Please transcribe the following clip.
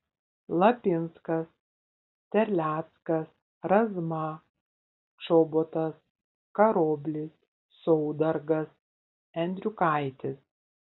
lapinskas terleckas razma čobotas karoblis saudargas endriukaitis